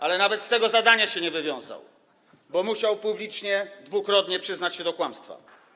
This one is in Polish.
Ale nawet z tego zadania się nie wywiązał, bo musiał publicznie dwukrotnie przyznać się do kłamstwa.